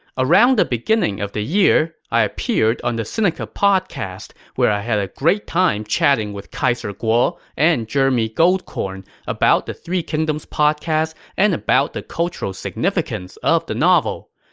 around the beginning the year, i appeared on the sinica podcast, where i had a great time chatting with kaiser kuo and jeremony goldkorn about the three kingdoms podcast and about the cultural significance of the novel.